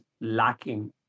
lacking